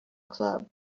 club